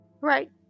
Right